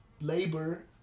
labor